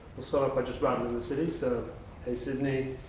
sort of but just running with the cities, so hey sydney,